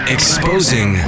Exposing